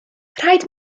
rhaid